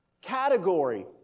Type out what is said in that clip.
category